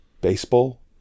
baseball